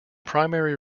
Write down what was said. primary